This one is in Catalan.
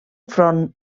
front